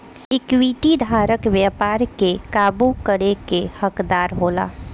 equity धारक व्यापार के काबू करे के हकदार होला